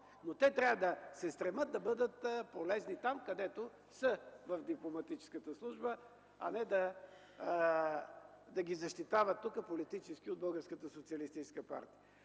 но те трябва да се стремят да бъдат полезни там, където са в дипломатическата служба, а не да ги защитават тук политически от Българската социалистическа партия.